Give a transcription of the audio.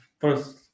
first